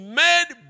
made